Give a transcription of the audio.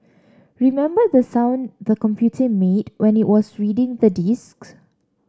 remember the sound the computer made when it was reading the disks